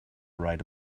write